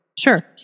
Sure